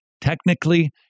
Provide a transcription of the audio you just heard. technically